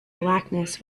blackness